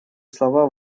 слова